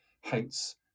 hates